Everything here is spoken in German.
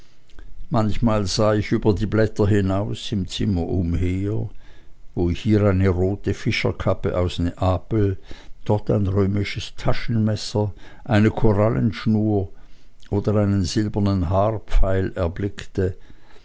manchmal sah ich über die blätter hinaus im zimmer umher wo ich hier eine rote fischerkappe aus neapel dort ein römisches taschenmesser eine korallenschnur oder einen silbernen haarpfeil erblickte